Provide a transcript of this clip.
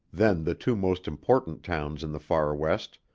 then the two most important towns in the far west,